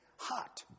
Hot